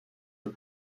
les